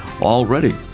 already